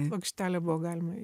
plokštelę buvo galima